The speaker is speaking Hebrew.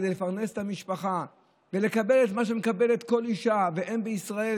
כדי לפרנס את המשפחה ולקבל את מה שמקבלת כל אישה ואם בישראל,